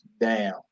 down